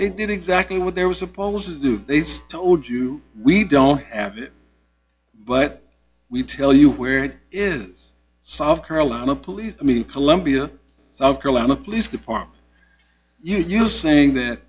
they did exactly what there was supposed to do they say told you we don't have it but we tell you where it is south carolina police i mean in columbia south carolina police department you're saying that